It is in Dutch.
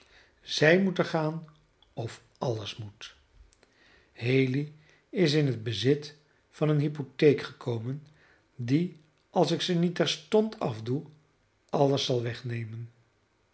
zij moeten gaan of alles moet haley is in het bezit van eene hypoteek gekomen die als ik ze niet terstond afdoe alles zal wegnemen